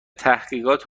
تحقیقات